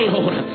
Lord